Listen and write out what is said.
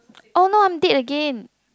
oh no I'm dead again